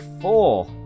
four